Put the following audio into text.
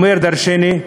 אומרות דורשני,